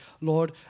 Lord